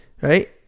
right